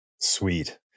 Sweet